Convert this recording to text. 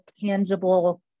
tangible